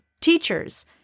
Teachers